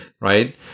Right